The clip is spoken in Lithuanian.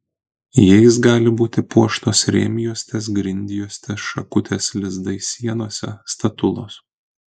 jais gali būti puoštos rėmjuostės grindjuostės šakutės lizdai sienose statulos